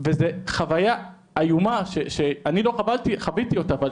וזו חוויה איומה, שאני לא חוויתי אותה, אבל